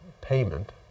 payment